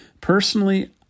Personally